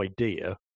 idea